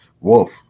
wolf